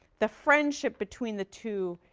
the friendship between the two,